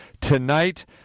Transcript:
tonight